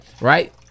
right